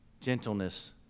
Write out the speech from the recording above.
gentleness